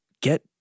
get